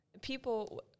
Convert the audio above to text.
people